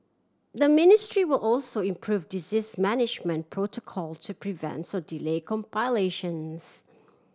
the ministry will also improve disease management protocol to prevent so delay complications